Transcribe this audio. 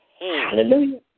Hallelujah